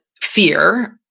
fear